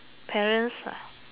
parents ah